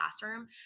classroom